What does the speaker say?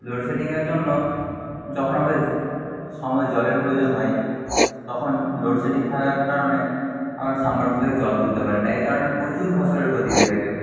লোডশেডিংয়ের জন্য যখন আমাদের সময়ে জলের প্রয়োজন হয় তখন লোডশেডিং থাকার কারণে আমরা সাব মারসিবল জল তুলতে পারিনা এর কারণে প্রচুর ফসলের ক্ষতি হয়ে থাকে